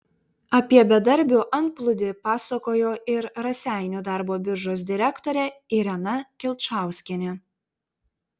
apie bedarbių antplūdį pasakojo ir raseinių darbo biržos direktorė irena kilčauskienė